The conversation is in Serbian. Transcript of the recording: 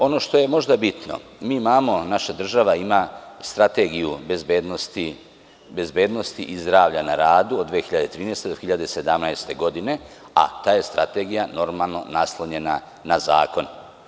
Ono što je možda bitno, naša država ima Strategiju bezbednosti i zdravlja na radu od 2013. do 2017. godine, a ta je strategija, normalno, naslonjena na zakon.